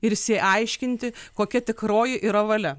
ir išsiaiškinti kokia tikroji yra valia